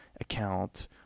account